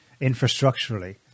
infrastructurally